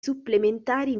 supplementari